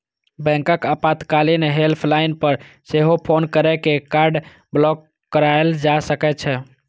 बैंकक आपातकालीन हेल्पलाइन पर सेहो फोन कैर के कार्ड ब्लॉक कराएल जा सकै छै